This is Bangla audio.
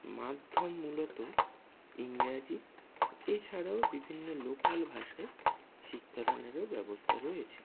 মাধ্যম মূলত ইংরাজি এছাড়াও বিভিন্ন লোকাল ভাষায় শিক্ষাদানেরও ব্যবস্থা রয়েছে